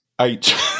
Eight